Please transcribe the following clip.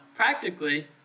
Practically